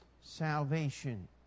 salvation